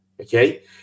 okay